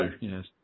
yes